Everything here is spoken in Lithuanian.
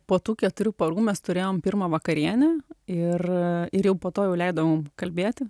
po tų keturių parų mes turėjom pirmą vakarienę ir ir jau po to jau leido kalbėti